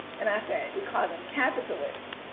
and i said, we call them capitalists.